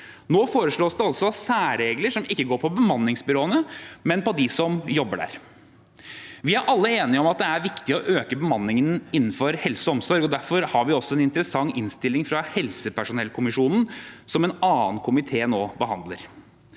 Nå foreslås det altså særregler som ikke går på bemanningsbyråene, men på dem som jobber der. Vi er alle enige om at det er viktig å øke bemanningen innenfor helse og omsorg, og derfor har vi også en interessant innstilling fra helsepersonellkommisjonen, som en annen komité nå behandler.